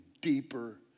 deeper